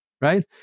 right